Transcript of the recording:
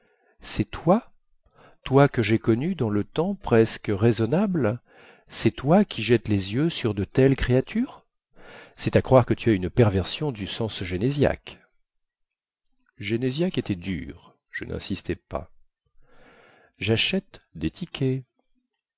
cest toi toi que jai connu dans le temps presque raisonnable cest toi qui jettes les yeux sur de telles créatures cest à croire que tu as une perversion du sens génésiaque génésiaque était dur je ninsistai pas jachète des tickets